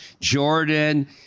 Jordan